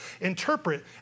interpret